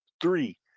three